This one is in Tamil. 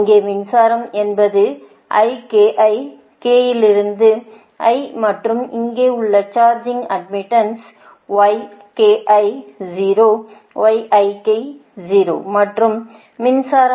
இங்கே மின்சாரம் என்பது k லிருந்து i மற்றும் இங்கே உள்ள சார்ஜிங் அட்மிட்டன்ஸ் மற்றும் மின்சாரம்